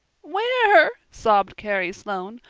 where? sobbed carrie sloane.